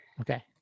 okay